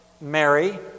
Mary